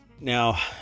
Now